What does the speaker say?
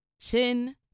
Chin